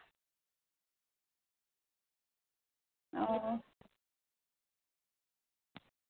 ᱚ